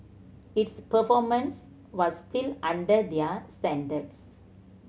its performance was still under their standards